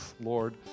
Lord